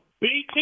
BT